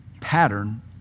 pattern